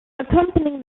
accompanying